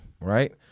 right